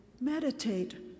meditate